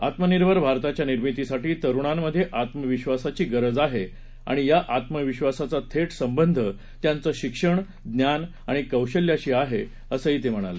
आत्मनिर्भर भारताच्या निर्मितीसाठी तरुणांमधे आत्मविश्वासाची गरज आहे आणि या आत्मविश्वासाचा थेट संबंध त्यांचं शिक्षण ज्ञान आणि कौशल्याशी आहे असं ते म्हणाले